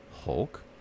Hulk